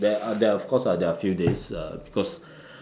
there are there are of course lah there are a few days uh because